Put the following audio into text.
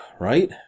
right